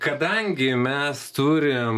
tai kadangi mes turim